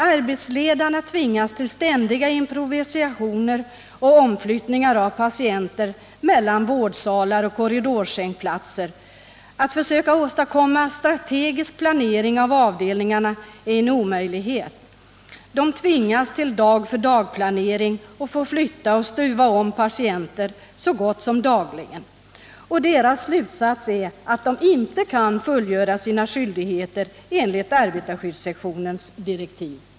Arbetsledarna tvingas till ständiga improvisationer och omflyttningar av patienter mellan vårdsalar och korridorsängplatser. Att försöka åstadkomma strategisk planering av avdelningarna är en omöjlighet. Arbetsledarna tvingas till dag-för-dag-planering och får flytta och stuva om patienter så gott som dagligen. De anställdas slutsats är att de inte kan fullgöra sina skyldigheter enligt arbetarskyddssektionens direktiv.